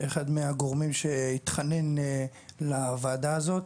אחד מהגורמים שהתחנן לוועדה הזאת,